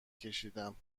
کشیدم